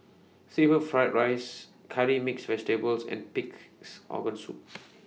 Seafood Fried Rice Curry Mixed Vegetables and Pig'S Organ Soup